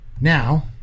Now